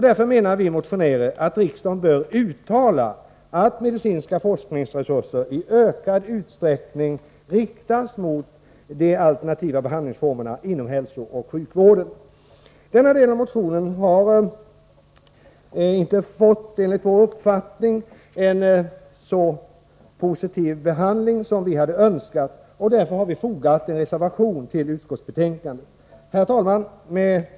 Därför menar vi motionärer att riksdagen bör uttala att medicinska forskningsresurser i ökad utsträckning inriktas mot de alternativa behandlingsformerna inom hälsooch sjukvården. Denna del av motionen har enligt vår uppfattning inte fått en tillräckligt positiv behandling av utskottet, varför vi fogat en reservation till utskottsbetänkandet. Herr talman!